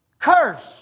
curse